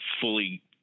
fully